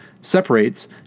separates